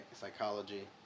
psychology